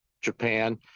Japan